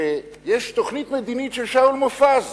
שיש תוכנית מדינית של שאול מופז,